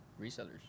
Resellers